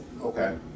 Okay